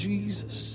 Jesus